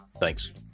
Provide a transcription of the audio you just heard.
Thanks